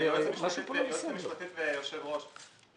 היועצת המשפטית והיושב ראש,